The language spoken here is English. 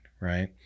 Right